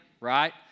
right